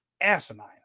asinine